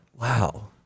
Wow